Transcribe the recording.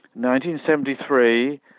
1973